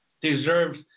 deserves